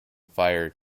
fire